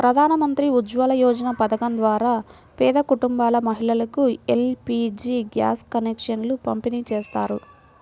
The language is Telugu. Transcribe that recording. ప్రధాన్ మంత్రి ఉజ్వల యోజన పథకం ద్వారా పేద కుటుంబాల మహిళలకు ఎల్.పీ.జీ గ్యాస్ కనెక్షన్లను పంపిణీ చేస్తారు